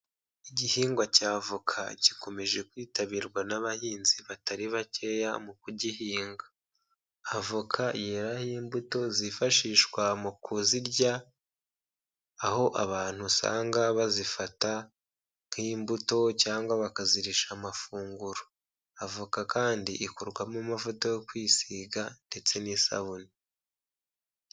Igihingwa cya avoka gikomeje kwitabirwa n'abahinzi batari bakeya mu kugihinga. Avoka yeraraho imbuto zifashishwa mu kuzirya, aho abantu usanga bazifata nk'imbuto cyangwa bakazirisha amafunguro. Avoka kandi ikorwamo amavuta yo kwisiga ndetse n'isabune.